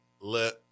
let